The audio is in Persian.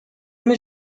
علم